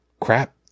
Crap